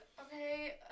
Okay